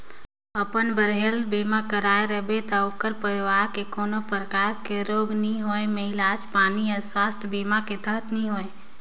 अपन बर हेल्थ बीमा कराए रिबे त ओखर परवार ल कोनो परकार के रोग के होए मे इलाज पानी हर सुवास्थ बीमा के तहत नइ होए